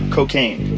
Cocaine